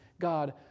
God